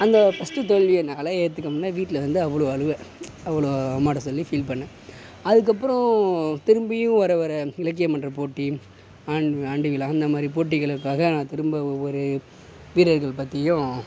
அந்த ஃபர்ஸ்ட் தோல்வி என்னால் ஏற்றுக்க முல்ல வீட்டில் வந்து அவ்வளோ அழுவ அவ்வளோ அம்மாகிட்ட சொல்லி ஃபீல் பண்ணேன் அதுக்கப்புறம் திரும்பியும் வர வர இலக்கியமன்றப் போட்டி ஆண்டுவிழா ஆண்டுவிழா அந்த மாதிரி போட்டிகளுக்காக நா திரும்ப ஒவ்வொரு வீரர்கள் பற்றியும்